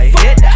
hit